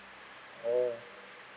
oh